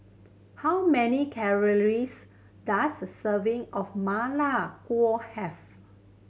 how many calories does a serving of ma lai have